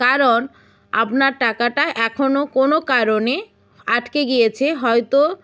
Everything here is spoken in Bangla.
কারণ আপনার টাকাটা এখনও কোনও কারণে আটকে গিয়েছে হয়তো